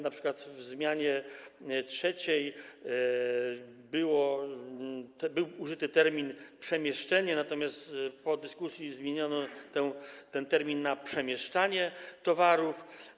Na przykład w zmianie 3. był użyty termin „przemieszczenie”, natomiast po dyskusji zmieniono ten termin na „przemieszczanie” towarów.